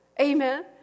Amen